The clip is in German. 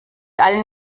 allen